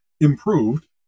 improved